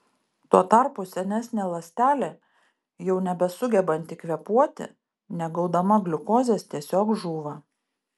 tuo tarpu senesnė ląstelė jau nebesugebanti kvėpuoti negaudama gliukozės tiesiog žūva